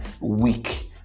weak